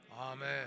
Amen